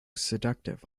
seductive